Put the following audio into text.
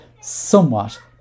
somewhat